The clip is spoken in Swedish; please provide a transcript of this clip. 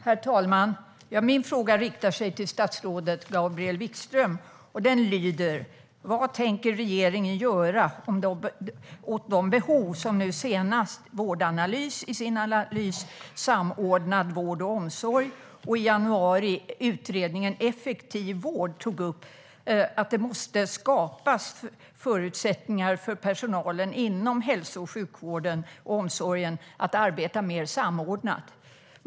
Herr talman! Min fråga riktar sig till statsrådet Gabriel Wikström. Den lyder: Vad tänker regeringen göra åt de behov som nu senast Vårdanalys i sin analys Samordnad vård och omsorg och i januari utredningen Effektiv vård tog upp, att det måste skapas förutsättningar för personalen inom hälso och sjukvården och omsorgen att arbeta mer samordnat?